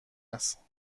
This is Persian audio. است